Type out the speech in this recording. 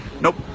nope